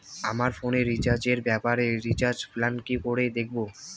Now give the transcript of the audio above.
আমার ফোনে রিচার্জ এর ব্যাপারে রিচার্জ প্ল্যান কি করে দেখবো?